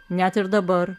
net ir dabar